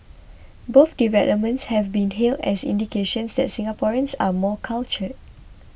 both developments have been hailed as indications that Singaporeans are more cultured